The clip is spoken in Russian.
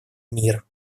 мир